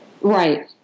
Right